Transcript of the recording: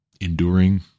enduring